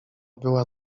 była